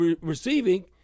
receiving